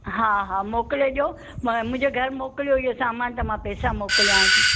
हा हा मोकिले ॾियो मां मुंहिंजे घरु मोकिलियो इहो सामान त मां पेसा मोकिलियांव थी